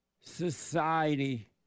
society